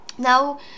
Now